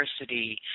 University